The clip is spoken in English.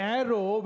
arrow